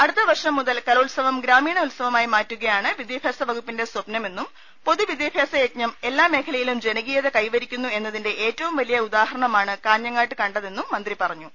അടുത്ത വർഷം മുതൽ കലോത്സവം ഗ്രാമീണ ഉത്സവമായി മാറ്റുകയാണ് വിദ്യാഭ്യാസ വകുപ്പിന്റെ സ്വപ്നമെന്നും പൊതുവിദ്യാഭ്യാസ യജ്ഞം എല്ലാ മേഖലയിലും ജനകീയത കൈവരിക്കുന്നു എന്നതിന്റെ ഏറ്റവും വലിയ ഉദാഹ രണമാണ് കാഞ്ഞങ്ങാട്ട് കണ്ടത് എന്നും മന്ത്രി പറഞ്ഞു